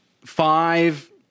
five